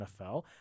NFL